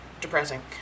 depressing